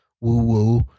Woo-woo